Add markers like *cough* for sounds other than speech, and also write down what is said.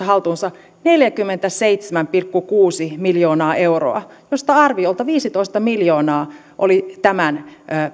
*unintelligible* haltuunsa neljäkymmentäseitsemän pilkku kuusi miljoonaa euroa mistä arviolta viisitoista miljoonaa oli tämän